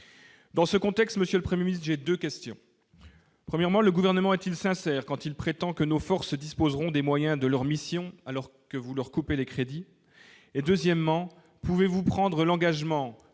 Dans ce contexte, Monsieur le 1er mise, j'ai 2 questions : premièrement, le gouvernement est-il sincère quand il prétend que nos forces disposeront des moyens de leur mission, alors que vous leur couper les crédits et deuxièmement, pouvez-vous prendre l'engagement